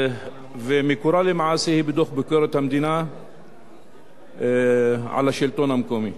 ומקורה למעשה בדוח ביקורת המדינה על השלטון המקומי.